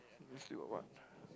wh~ what